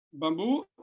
Bamboo